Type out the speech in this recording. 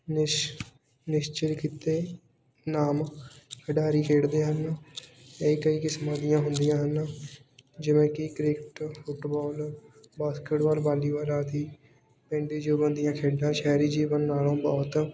ਨਿਸ਼ ਨਿਸ਼ਚਿਤ ਕੀਤੇ ਨਾਮ ਖਿਡਾਰੀ ਖੇਡਦੇ ਹਨ ਇਹ ਕਈ ਕਿਸਮਾਂ ਦੀਆਂ ਹੁੰਦੀਆਂ ਹਨ ਜਿਵੇਂ ਕਿ ਕ੍ਰਿਕਟ ਫੁੱਟਬੋਲ ਬਾਸਕਟਬਾਲ ਵਾਲੀਬਾਲ ਆਦਿ ਪੇਂਡੂ ਜੀਵਨ ਦੀਆਂ ਖੇਡਾਂ ਸ਼ਹਿਰੀ ਜੀਵਨ ਨਾਲੋਂ ਬਹੁਤ